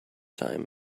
time